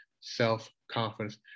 self-confidence